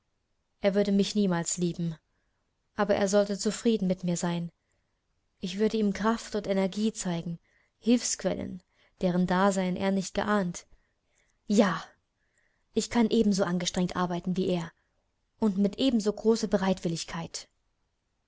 er würde mich niemals lieben aber er sollte zufrieden mit mir sein ich würde ihm kraft und energie zeigen hilfsquellen deren dasein er nicht geahnt ja ich kann ebenso angestrengt arbeiten wie er und mit ebenso großer bereitwilligkeit